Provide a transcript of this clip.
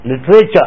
literature